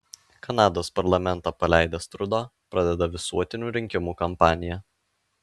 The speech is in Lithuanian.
kanados parlamentą paleidęs trudo pradeda visuotinių rinkimų kampaniją